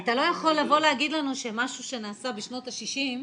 אתה לא יכול לבוא להגיד לנו שמשהו שנעשה בשנות ה-60,